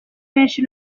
benshi